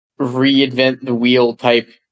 reinvent-the-wheel-type